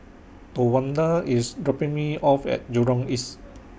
Towanda IS dropping Me off At Jurong East